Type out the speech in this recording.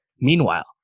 Meanwhile